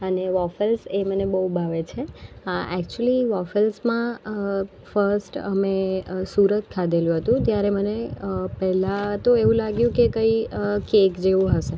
અને વોફેલ્સ એ મને બહુ ભાવે છે એક્ચ્યુલી વોફેલ્સમાં ફર્સ્ટ અમે સુરત ખાધેલું હતું ત્યારે મને પહેલા તો એવું લાગ્યું કે કંઈ કેક જેવું હશે